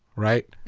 right?